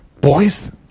boys